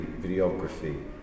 videography